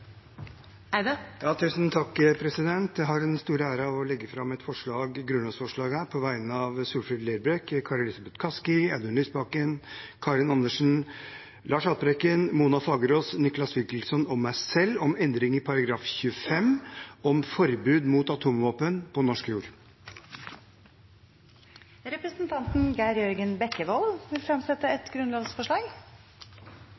Jeg har den store ære å legge fram et grunnlovsforslag på vegne av Solfrid Lerbrekk, Kari Elisabeth Kaski, Audun Lysbakken, Karin Andersen, Lars Haltbrekken, Mona Fagerås, Nicholas Wilkinson og meg selv om endring i § 25, om forbud mot atomvåpen på norsk jord. Representanten Geir Jørgen Bekkevold vil fremsette